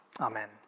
Amen